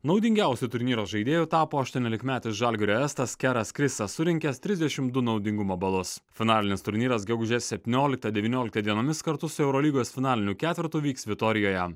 naudingiausiu turnyro žaidėju tapo aštuoniolikmetis žalgirio estas keras krisa surinkęs trisdešimt du naudingumo balus finalinis turnyras gegužės septynioliktą devynioliktą dienomis kartu su eurolygos finaliniu ketvertu vyks vitorijoje